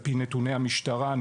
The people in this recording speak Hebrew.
על פי נתוני המשטרה,